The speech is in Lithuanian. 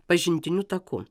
pažintiniu taku